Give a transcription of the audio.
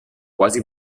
quasi